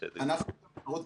בסדר גמור.